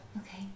Okay